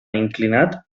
inclinat